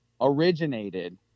originated